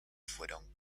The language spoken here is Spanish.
fueron